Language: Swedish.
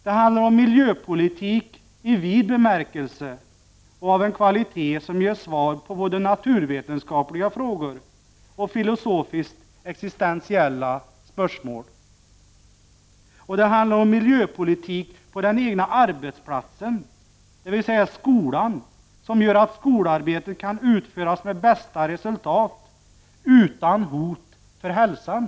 Det handlar om miljöpolitik i vid bemärkelse och av en kvalitet som ger svar på både naturvetenskapliga frågor och filosofiskt existentiella spörsmål. Det handlar också om miljöpolitik på den egna arbetsplatsen, dvs. inom skolan, som gör att skolarbetet kan utföras med bästa resultat och utan hot mot hälsan.